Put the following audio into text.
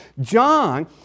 John